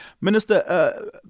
Minister